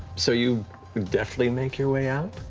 so you deftly make your way out,